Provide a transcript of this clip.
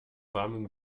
warmen